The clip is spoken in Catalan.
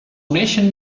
uneixen